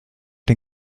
den